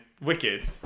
Wicked